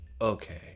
Okay